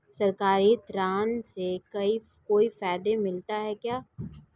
सरकारी ऋण से कोई फायदा मिलता है क्या?